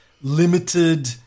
limited